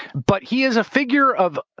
but he is a figure of,